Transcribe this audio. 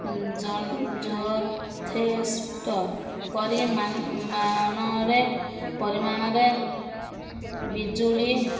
ଯ ଯଥେଷ୍ଟ କରି ମା ମାଣରେ ପରିମାଣରେ ବିଜୁଳି